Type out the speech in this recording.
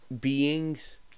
beings